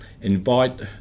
invite